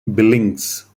billings